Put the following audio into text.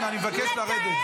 אני לא רואה אותך.